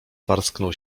parsknął